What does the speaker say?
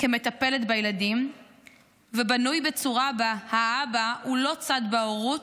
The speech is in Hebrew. כמטפלת בילדים ובנוי בצורה שבה האבא הוא לא צד בהורות,